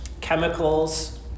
chemicals